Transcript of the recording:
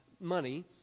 money